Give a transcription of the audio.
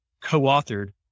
co-authored